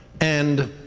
and,